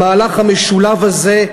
המהלך המשולב הזה,